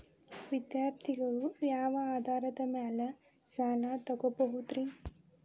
ವಿದ್ಯಾರ್ಥಿಗಳು ಯಾವ ಆಧಾರದ ಮ್ಯಾಲ ಸಾಲ ತಗೋಬೋದ್ರಿ?